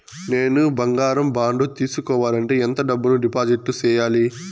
నేను బంగారం బాండు తీసుకోవాలంటే ఎంత డబ్బును డిపాజిట్లు సేయాలి?